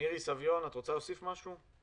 מירי סביון, את רוצה להוסיף משהו?